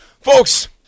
Folks